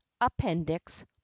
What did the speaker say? appendix